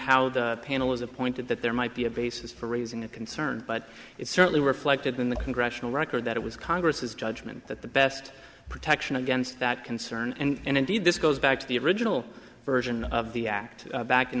how the panel was appointed that there might be a basis for raising a concern but it certainly reflected in the congressional record that it was congress's judgment that the best protection against that concern and indeed this goes back to the original version of the act back in